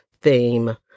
theme